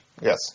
Yes